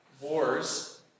wars